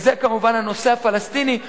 וזה כמובן הנושא הפלסטיני,